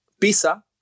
Pisa